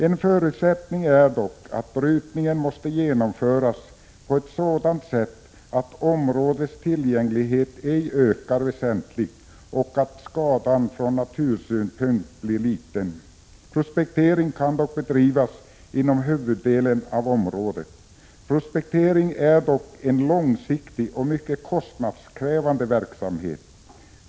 En förutsättning är dock att brytningen genomförs på ett sådant sätt att områdets tillgänglighet ej ökar väsentligt och att skadan från natursynpunkt blir liten. Prospektering kan dock bedrivas inom huvuddelen av området. Prospektering är dock en långsiktig och mycket kostnadskrävande verksamhet.